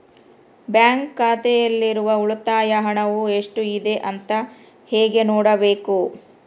Bank ಖಾತೆಯಲ್ಲಿರುವ ಉಳಿತಾಯ ಹಣವು ಎಷ್ಟುಇದೆ ಅಂತ ಹೇಗೆ ನೋಡಬೇಕು?